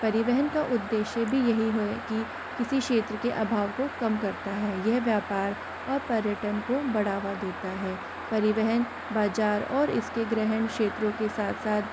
परिवहन का उद्देश्य भी यही है कि किसी क्षेत्र के अभाव को कम करता है यह व्यापार और पर्यटन को बढ़ावा देता है परिवहन बाजार और इसके ग्रहण क्षेत्रों के साथ साथ